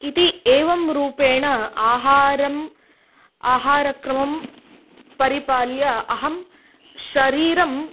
इति एवं रूपेण आहारम् आहारक्रमं परिपाल्य अहं शरीरं